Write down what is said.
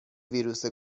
ویروس